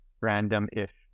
random-ish